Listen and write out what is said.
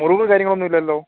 മുറിവ് കാര്യങ്ങളൊന്നും ഇല്ലല്ലോ